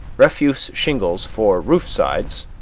refuse shingles for roof sides.